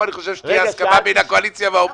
פה אני חושב שתהיה הסכמה בין הקואליציה והאופוזיציה.